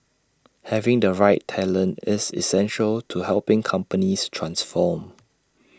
having the right talent is essential to helping companies transform